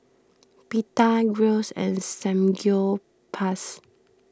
Pita Gyros and Samgyeopsal